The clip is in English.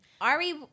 Ari